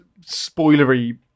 spoilery